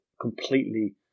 completely